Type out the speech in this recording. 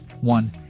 one